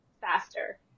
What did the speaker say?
faster